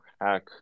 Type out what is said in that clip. hack